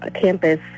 campus